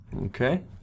Okay